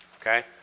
Okay